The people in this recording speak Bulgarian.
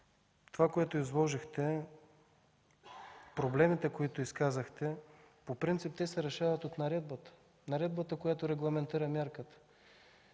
това, което изложихте, проблемите, които изказахте, по принцип се решават от наредбата, която регламентира мярката.